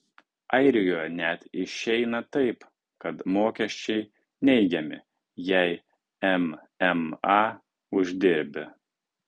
airijoje net išeina taip kad mokesčiai neigiami jei mma uždirbi